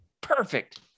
perfect